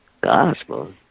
Gospel